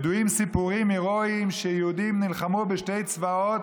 ידועים סיפורים הירואיים שיהודים נלחמו בשני צבאות